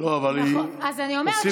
אז אני אומרת,